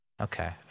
Okay